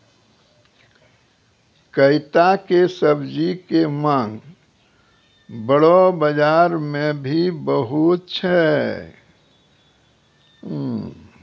कैता के सब्जी के मांग बड़ो बाजार मॅ भी बहुत छै